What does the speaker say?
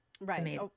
Right